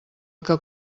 que